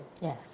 Yes